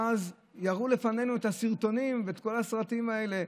ואז יראו לפנינו את הסרטונים ואת כל הסרטים האלה.